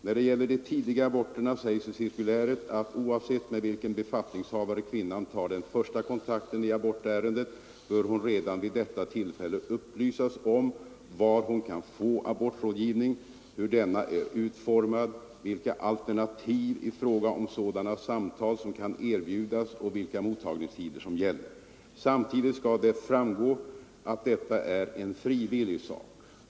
När det gäller de tidiga aborterna sägs i cirkuläret att oavsett med vilken befattningshavare kvinnan tar den första kontakten i abortärendet bör hon redan vid detta tillfälle upplysas om var hon kan få abortrådgivning, hur denna är utformad, vilka alternativ i fråga om sådana samtal som kan erbjudas och vilka mottagningstider som gäller. Samtidigt skall det framgå att detta är en frivillig sak.